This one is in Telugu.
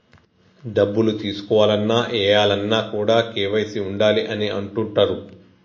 డబ్బులు తీసుకోవాలన్న, ఏయాలన్న కూడా కేవైసీ ఉండాలి అని అంటుంటరు